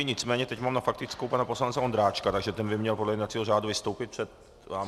Nicméně teď mám na faktickou pana poslance Ondráčka, takže ten by měl podle jednacího řádu vystoupit před vámi .